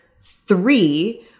three